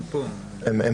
הם פה.